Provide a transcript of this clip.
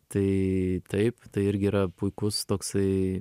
tai taip tai irgi yra puikus toksai